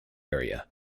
area